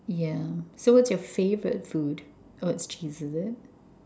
yeah so what is your favorite food oh it's cheese is it